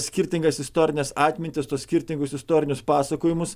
skirtingas istorines atmintis tuos skirtingus istorinius pasakojimus